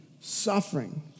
Suffering